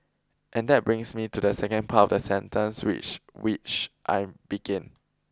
and that brings me to the second part of the sentence which which I begin